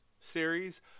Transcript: series